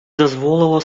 дозволило